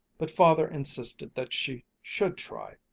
but father insisted that she should try,